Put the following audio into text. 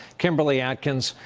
kimberly atkins,